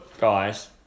guys